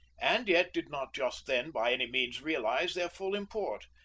and yet did not just then by any means realize their full import.